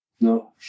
No